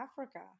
Africa